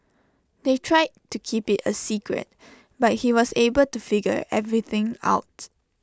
they tried to keep IT A secret but he was able to figure everything out